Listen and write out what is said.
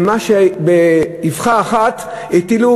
למה שבאבחה אחת הטילו,